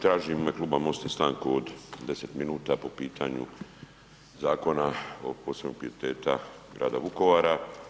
Tražim u ime Kluba Mosta stanku od 10 minuta po pitanju zakona o posebnog pijeteta grada Vukovara.